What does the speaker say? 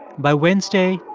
by wednesday,